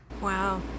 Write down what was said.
Wow